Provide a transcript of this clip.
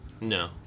No